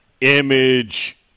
image